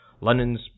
London's